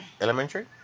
elementary